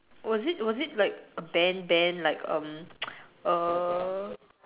was it was it like a band band like um err